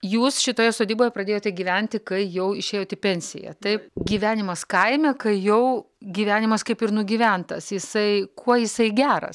jūs šitoje sodyboje pradėjote gyventi kai jau išėjot į pensiją taip gyvenimas kaime kai jau gyvenimas kaip ir nugyventas jisai kuo jisai geras